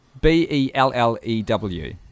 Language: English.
B-E-L-L-E-W